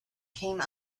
came